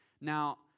Now